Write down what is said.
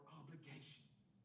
obligations